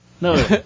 No